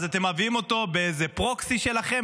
אז אתם מביאים אותו באיזה פרוקסי שלכם,